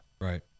Right